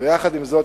ויחד עם זאת,